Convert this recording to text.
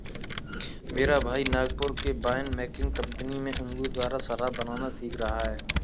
मेरा भाई नागपुर के वाइन मेकिंग कंपनी में अंगूर द्वारा शराब बनाना सीख रहा है